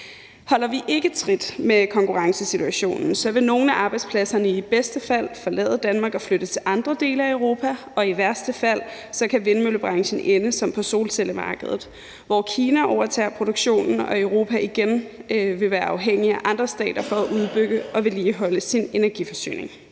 Holder vi ikke trit med konkurrenterne, vil nogle af arbejdspladserne i bedste fald forlade Danmark og flytte til andre dele af Europa, og i værste fald kan vindmøllebranchen ende på samme måde som solcellemarkedet, hvor Kina overtager produktionen og Europa igen vil være afhængig af andre stater for at udbygge og vedligeholde sin energiforsyning.